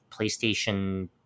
PlayStation